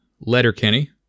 Letterkenny